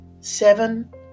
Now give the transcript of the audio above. seven